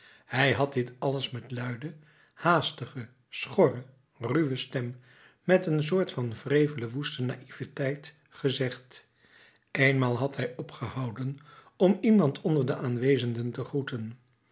hij had dit alles met luide haastige schorre ruwe stem met een soort van wrevele woeste naïeveteit gezegd eenmaal had hij opgehouden om iemand onder de aanwezenden te groeten